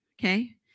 okay